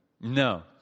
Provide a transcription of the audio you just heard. no